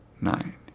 nine